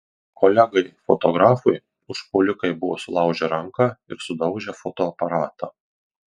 kolegai fotografui užpuolikai buvo sulaužę ranką ir sudaužę fotoaparatą